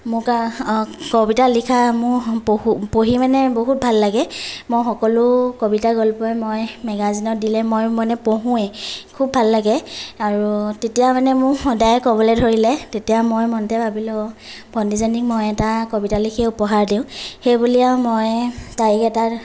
মোক কবিতা লিখা মোৰ পঢ়ি মানে বহুত ভাল লাগে মই সকলো কবিতা গল্পই মই মেগাজিনত দিলে মই মানে পঢ়োৱেই খুব ভাল লাগে আৰু তেতিয়া মানে মোক সদায় ক'বলৈ ধৰিলে তেতিয়া মই মনতে ভাবিলো ভন্টীজনীক মই এটা কবিতা লিখি উপহাৰ দিওঁ সেই বুলি আৰু মই তাইক এটা